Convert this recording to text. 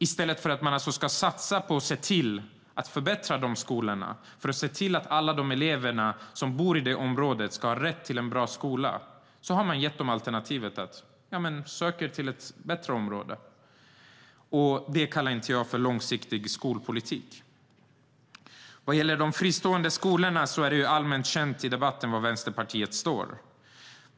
I stället för att satsa på att förbättra de skolorna och på att se till att alla elever i området får sin rätt till en bra skola tillgodosett har man gett alternativet: Sök er till ett bättre område! Det kallar jag inte en långsiktig skolpolitik. Vad gäller de fristående skolorna är det allmänt känt i debatten var Vänsterpartiet står.